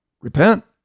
repent